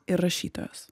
ir rašytojos